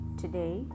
Today